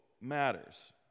matters